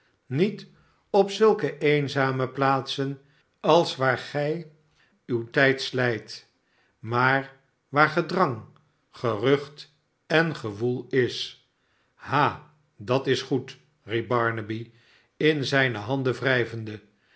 niet op zulke eenzame plaatsen als waar gij uw tijd slijt maar waar gedrang gerucht en gewoelis ha dat is goed riep barnaby in zijne handen wrijvende